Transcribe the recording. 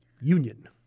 union